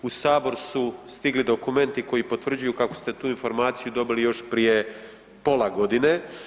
U Sabor su stigli dokumenti koji potvrđuju kako ste tu informaciju dobili još prije pola godine.